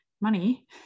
money